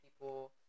people